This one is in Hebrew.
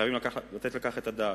חייבים לתת על כך את הדעת.